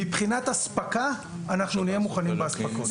מבחינת אספקה, אנחנו נהיה מוכנים עם האספקה.